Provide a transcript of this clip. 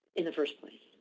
in the first place.